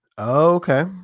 Okay